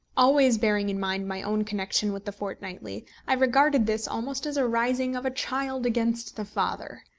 always bearing in mind my own connection with the fortnightly, i regarded this almost as a rising of a child against the father.